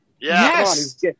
Yes